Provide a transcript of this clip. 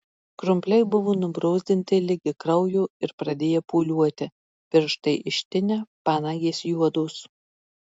krumpliai buvo nubrozdinti ligi kraujo ir pradėję pūliuoti pirštai ištinę panagės juodos